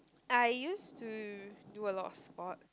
I used to do a lot of sport